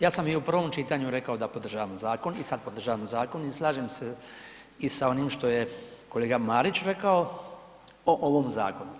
Ja sam i u prvom čitanju rekao da podržavam zakon i sad podržavam zakon i slažem se i sa onim što je kolega Marić rekao o ovom zakonu.